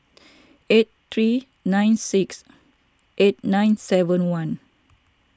eight three nine six eight nine seven one